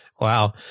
Wow